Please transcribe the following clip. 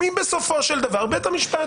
היא בית המשפט.